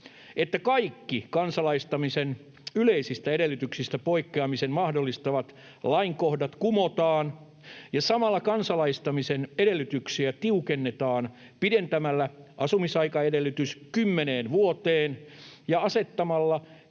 että kaikki kansalaistamisen yleisistä edellytyksistä poikkeamisen mahdollistavat lainkohdat kumotaan ja samalla kansalaistamisen edellytyksiä tiukennetaan pidentämällä asumisaikaedellytys kymmeneen vuoteen ja asettamalla